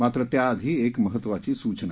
मात्र त्याआधी एक महत्त्वाची सूचना